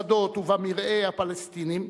בשדות ובמרעה הפלסטינים,